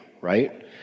right